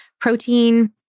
Protein